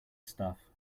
stuff